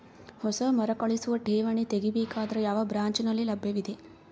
ಹೊಸ ಮರುಕಳಿಸುವ ಠೇವಣಿ ತೇಗಿ ಬೇಕಾದರ ಯಾವ ಬ್ರಾಂಚ್ ನಲ್ಲಿ ಲಭ್ಯವಿದೆ?